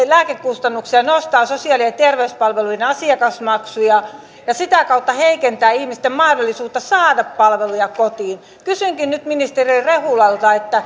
lääkekustannusten korvauksia nostaa sosiaali ja terveyspalveluiden asiakasmaksuja ja sitä kautta heikentää ihmisten mahdollisuutta saada palveluja kotiin kysynkin ministeri rehulalta